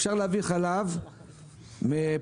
אפשר להביא חלב מפולין,